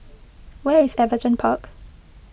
where is Everton Park